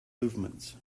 movements